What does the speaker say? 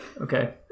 Okay